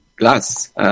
glass